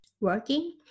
working